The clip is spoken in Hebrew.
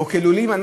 או הלולים,